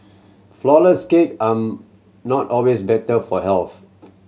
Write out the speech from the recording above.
flourless cake are not always better for health